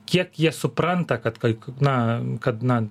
kiek jie supranta kad kaip na kad na